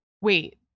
Wait